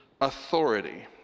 authority